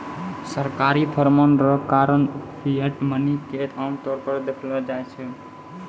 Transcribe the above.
सरकारी फरमान रो कारण फिएट मनी के आमतौर पर देखलो जाय छै